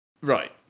Right